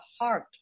heart